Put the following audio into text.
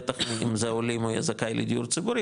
בטח אם זה עולים הוא יהיה זכאי לדיור ציבורי